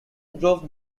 grove